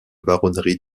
baronnie